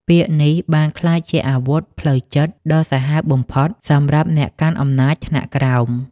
ពាក្យនេះបានក្លាយជាអាវុធផ្លូវចិត្តដ៏សាហាវបំផុតសម្រាប់អ្នកកាន់អំណាចថ្នាក់ក្រោម។